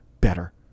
better